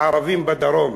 הערבים בדרום.